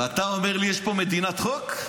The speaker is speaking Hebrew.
ואתה אומר לי יש פה מדינת חוק?